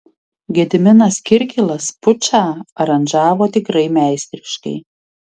gediminas kirkilas pučą aranžavo tikrai meistriškai